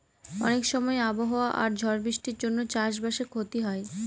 অনেক সময় আবহাওয়া আর ঝড় বৃষ্টির জন্য চাষ বাসে ক্ষতি হয়